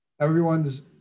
everyone's